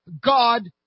God